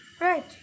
right